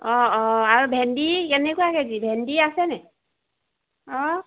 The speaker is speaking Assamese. অঁ অঁ আৰু ভেন্দী কেনেকুৱা কেজি ভেন্দী আছেনে অঁ